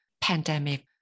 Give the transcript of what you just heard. pandemic